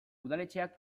udaletxeak